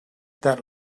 that